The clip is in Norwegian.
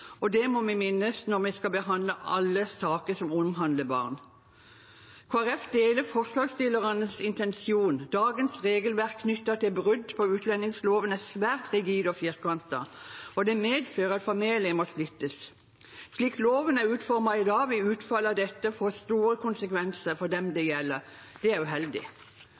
og det må vi minnes når vi skal behandle alle saker som omhandler barn. Kristelig Folkeparti deler forslagsstillernes intensjon. Dagens regelverk knyttet til brudd på utlendingsloven er svært rigid og firkantet, og det medfører at familier må splittes. Slik loven er utformet i dag, vil utfallet av dette få store konsekvenser for dem det gjelder. Det er uheldig.